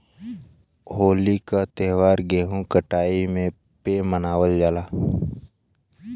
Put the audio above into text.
होली क त्यौहार गेंहू कटाई पे मनावल जाला